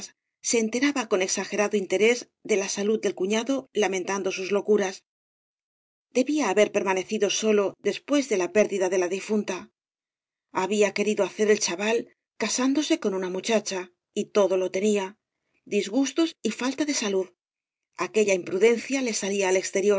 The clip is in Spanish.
se enteraba con exagerado interés de la salud del cufiado lamentando sus locuras debía haber permanecido solo después de la pérdida de la difunta había querido hacer el chaval casándose con una muchacha y todo lo tenía disgustos y falta do salud aquella imprudencia le salía al